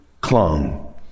clung